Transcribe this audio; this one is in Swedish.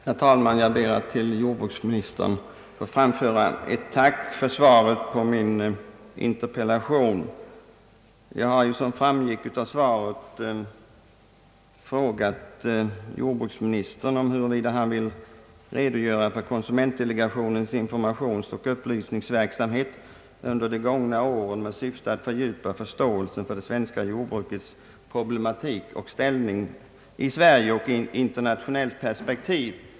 Herr talman! Jag ber att till jordbruksministern få framföra ett tack för svaret på min interpellation. Som framgått av svaret har jag frågat jordbruksministern, huruvida han vill redogöra för konsumentdelegationens informationsoch upplysningsverksamhet under de gångna åren med syfte att fördjupa förståelsen för det svenska jordbrukets problematik och ställning i Sverige och i internationellt perspektiv.